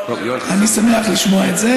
אני שמח לשמוע את זה.